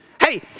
Hey